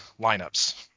lineups